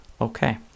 Okay